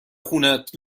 خونت